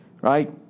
right